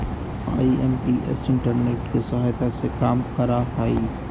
IMPS internet के सहायता से काम करा हई